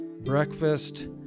breakfast